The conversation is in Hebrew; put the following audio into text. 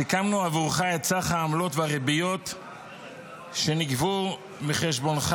סיכמנו עבורך את סך העמלות והריביות שנגבו מחשבונך